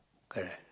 correct